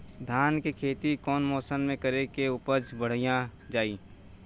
धान के खेती कौन मौसम में करे से उपज बढ़ाईल जाई?